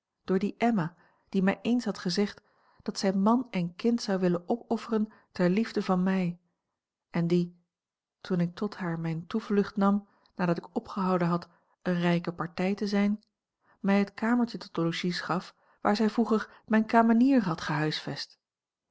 door die emma die mij eens had gezegd dat zij man en kind zou willen opofferen ter liefde van mij en die toen ik tot haar mijne toevlucht nam nadat ik opgehouden had eene rijke partij te zijn mij het kamertje tot logies gaf waar zij vroeger mijne kamenier had gehuisvest